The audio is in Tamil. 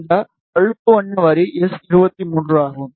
இந்த பழுப்பு வண்ண வரி எஸ்23 ஆகும்